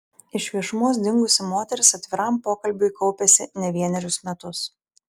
iš viešumos dingusi moteris atviram pokalbiui kaupėsi ne vienerius metus